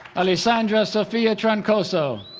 alessandra sofia troncoso